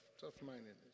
tough-mindedness